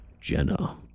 Jenna